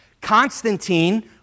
Constantine